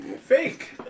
fake